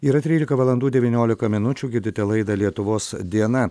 yra trylika valandų devyniolika minučių girdite laidą lietuvos diena